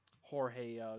Jorge